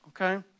okay